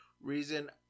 Reason